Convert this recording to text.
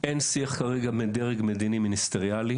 אין שיח כרגע בין דרג מדיני מיניסטריאלי